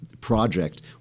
project